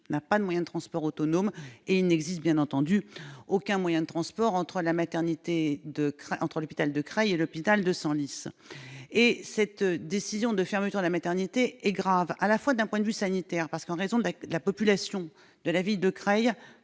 n'a pas de moyen de transport autonome, et il n'existe bien entendu aucun moyen de transport entre l'hôpital de Creil et celui de Senlis. Cette décision de fermeture de la maternité est grave, d'abord, du point de vue sanitaire, parce que, en raison de la population de la ville de Creil,